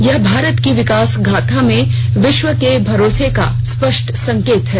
यह भारत की विकास गाथा में विश्व के भरोसे का स्पष्ट संकेत है